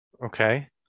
okay